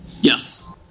Yes